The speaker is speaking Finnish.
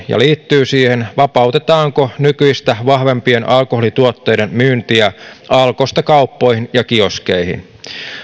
ja liittyy siihen vapautetaanko nykyistä vahvempien alkoholituotteiden myyntiä alkosta kauppoihin ja kioskeihin